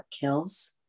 kills